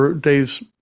Dave's